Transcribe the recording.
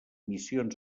missions